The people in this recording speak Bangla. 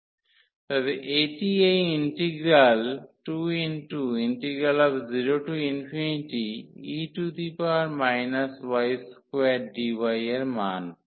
তবে এটি এই ইন্টিগ্রাল 20e y2dy এর মান